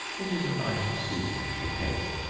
it is a nice seasoning for cake.